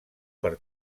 per